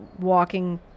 walking